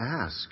ask